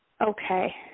Okay